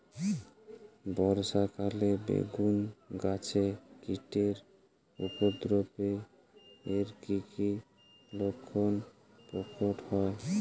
বর্ষা কালে বেগুন গাছে কীটের উপদ্রবে এর কী কী লক্ষণ প্রকট হয়?